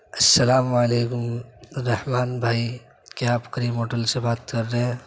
السّلام علیکم رحمٰن بھائی کیا آپ کریم ہوٹل سے بات کر رہے ہیں